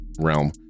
realm